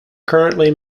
currently